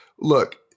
Look